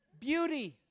Beauty